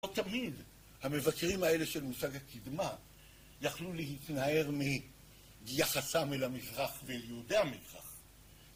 לא תמיד המבקרים האלה של מושג הקדמה יכלו להתנער מיחסם אל המזרח ואל יהודי המזרח.